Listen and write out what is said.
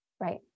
right